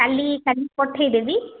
କାଲି କାଲି ପଠାଇ ଦେବି